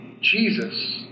Jesus